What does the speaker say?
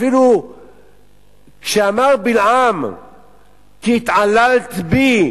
אפילו שאמר בלעם "כי התעללת בי,